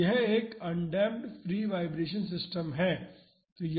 तो यह एक अनडेम्प्ड फ्री वाइब्रेशन सिस्टम है